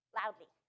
loudly